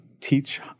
teach